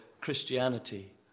Christianity